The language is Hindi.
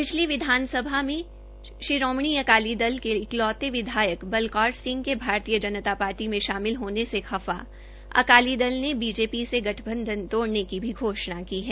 पिछली विधानसभा में शिरोमणि अकाली दल के इकलौते विधायक बलकौर सिंह के भारतीय जनता पार्टी में शामिल होने से खफा अकाली दल ने बेजीपी से गठबंधन तोड़ने की भी घोषणा की है